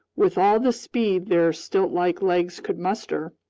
with all the speed their stiltlike legs could muster,